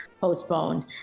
postponed